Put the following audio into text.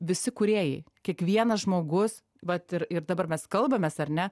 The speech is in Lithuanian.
visi kūrėjai kiekvienas žmogus vat ir ir dabar mes kalbamės ar ne